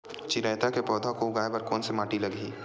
चिरैता के पौधा को उगाए बर कोन से माटी लगही?